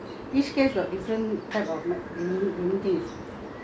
ah litigation and all that so it's different standard not the same